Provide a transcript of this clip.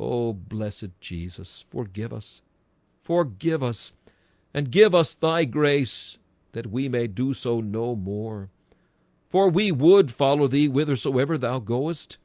o blessed jesus forgive us forgive us and give us thy grace that we may do. so no more for we would follow thee whithersoever thou goest